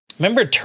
Remember